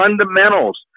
fundamentals